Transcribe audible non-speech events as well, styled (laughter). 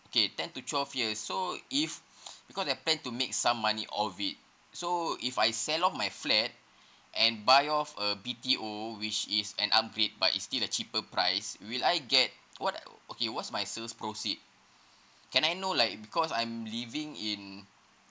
okay ten to twelve years so if (breath) because I plan to make some money of it so if I sell off my flat and buy off a B_T_O which is an upgrade but is still a cheaper price will I get what okay what's my sales proceed can I know like because I'm living in